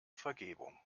vergebung